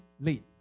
late